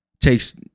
takes